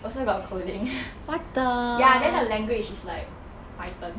also got coding ya then the language is like Python